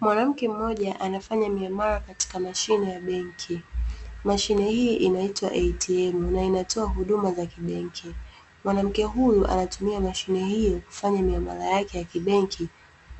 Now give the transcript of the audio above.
Mwanamke mmoja anafanya miamala katika mashine ya benki. Mashine hii inaitwa ATM na inatoa huduma za kibenki. Mwanamke huyu anatumia mashine kufanya miamala yake ya kibenki